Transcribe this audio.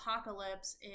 Apocalypse